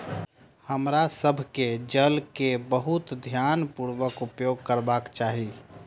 हमरा सभ के जल के बहुत ध्यानपूर्वक उपयोग करबाक चाही